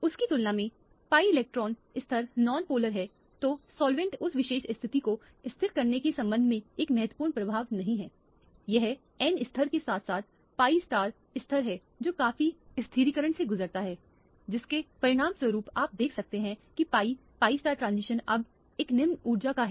उसकी तुलना में pi इलेक्ट्रॉन स्तर नॉन पोलर है तो सॉल्वेंट उस विशेष स्थिति को स्थिर करने के संदर्भ में एक महत्वपूर्ण प्रभाव नहीं है यह n स्तर के साथ साथ pi स्तर है जो काफी स्थिरीकरण से गुजरता है जिसके परिणामस्वरूप आप देख सकते हैं कि pi pi ट्रांजिशन अब एक निम्न ऊर्जा का है